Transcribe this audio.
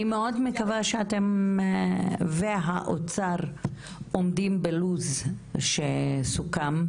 אני מאוד מקווה שאתם ומשרד האוצר עומדים בלוח הזמנים שסוכם.